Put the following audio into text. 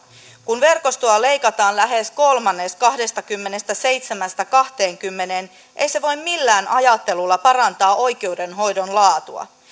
kun verkostoa leikataan lähes kolmannes kahdestakymmenestäseitsemästä kahteenkymmeneen ei se voi millään ajattelulla parantaa oikeudenhoidon laatua